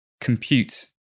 compute